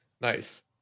Nice